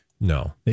No